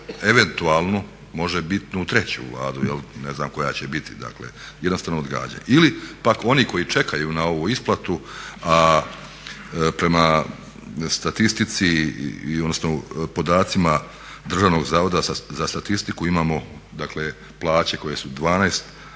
eventualnu možebitnu treću Vladu. Ne znam koja će biti. Dakle, jednostavno odgađa. Ili pak oni koji čekaju na ovu isplatu, a prema statistici, odnosno podacima Državnog zavoda za statistiku imamo dakle plaće koje su 12,